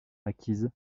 acquise